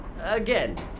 Again